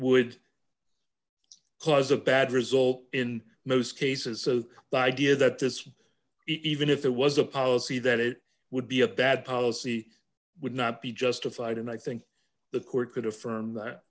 would was a bad result in most cases the idea that this even if it was a policy that it would be a bad policy would not be justified and i think the court could affirm that